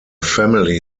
family